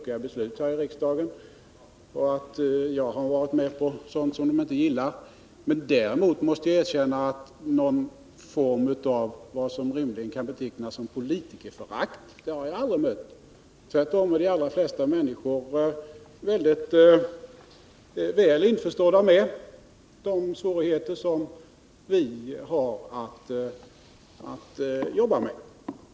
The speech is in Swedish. Ibland får jag höra att jag varit med om att fatta beslut som inte alla gillar. Men jag har ändå aldrig stött på någon form av vad som rimligen kan betecknas som politikerförakt. Tvärtom är de 25 allra flesta människor väldigt väl införstådda med de svårigheter som vi politiker har att jobba med.